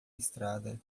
listrada